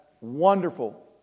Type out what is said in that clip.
wonderful